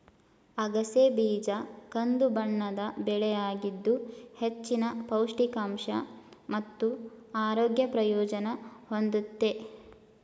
ಅಗಸೆ ಬೀಜ ಕಂದುಬಣ್ಣದ ಬೆಳೆಯಾಗಿದ್ದು ಹೆಚ್ಚಿನ ಪೌಷ್ಟಿಕಾಂಶ ಮತ್ತು ಆರೋಗ್ಯ ಪ್ರಯೋಜನ ಹೊಂದಯ್ತೆ